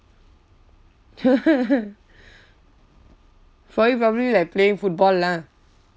for you probably like playing football lah